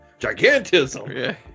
Gigantism